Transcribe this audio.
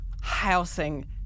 housing